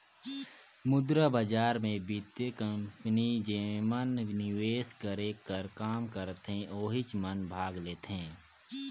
मुद्रा बजार मे बित्तीय कंपनी जेमन निवेस करे कर काम करथे ओहिच मन भाग लेथें